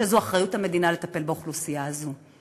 שזו אחריות המדינה לטפל באוכלוסייה הזאת.